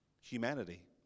humanity